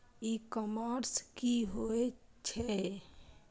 ई commerce की होय छेय?